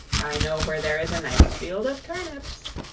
i know where there is a nice field of turnips.